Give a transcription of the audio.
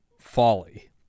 folly